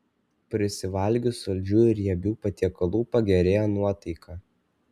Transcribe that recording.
prisivalgius saldžių ir riebių patiekalų pagerėja nuotaika